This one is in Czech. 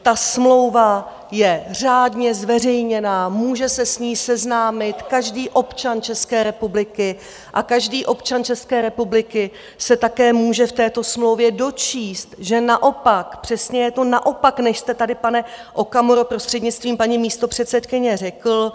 Ta smlouva je řádně zveřejněná, může se s ní seznámit každý občan České republiky a každý občan České republiky se také může v této smlouvě dočíst, že naopak přesně je to naopak, než jste tady, pane Okamuro, prostřednictvím paní místopředsedkyně, řekl.